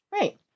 Right